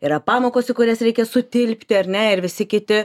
yra pamokos į kurias reikia sutilpti ar ne ir visi kiti